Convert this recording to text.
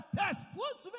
test